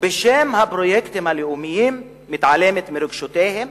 ובשם הפרויקטים הלאומיים מתעלמת מרגשותיהם